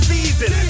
Season